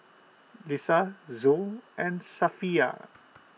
Lisa Zul and Safiya